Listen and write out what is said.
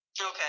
Okay